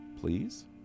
please